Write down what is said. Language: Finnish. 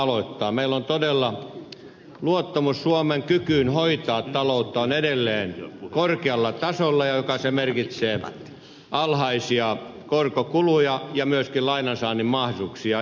meillä on todella luottamus suomen kykyyn hoitaa talouttaan edelleen korkealla tasolla joka merkitsee alhaisia korkokuluja ja myöskin lainan saannin mahdollisuuksia